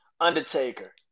Undertaker